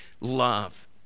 love